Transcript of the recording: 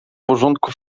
porządku